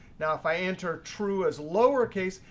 now if i enter true as lowercase,